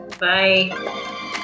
Bye